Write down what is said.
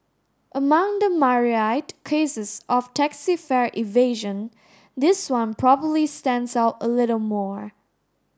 among the myriad cases of taxi fare evasion this one probably stands out a little more